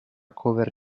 cover